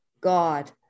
God